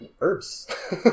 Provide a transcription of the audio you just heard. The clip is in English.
herbs